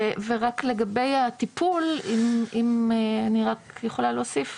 ולגבי הטיפול, אם אני רק יכולה להוסיף,